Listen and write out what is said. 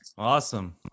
Awesome